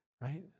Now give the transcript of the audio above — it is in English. right